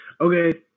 Okay